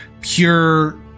pure